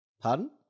Pardon